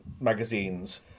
magazines